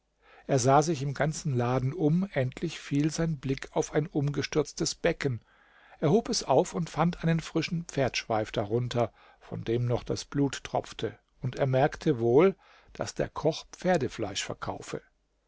er sah sich im ganzen laden um endlich fiel sein blick auf ein umgestürztes becken er hob es auf und fand einen frischen pferdschweif darunter von dem noch das blut tropfte und er merkte wohl daß der koch pferdefleisch verkaufe